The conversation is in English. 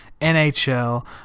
NHL